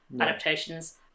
adaptations